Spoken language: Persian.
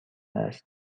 است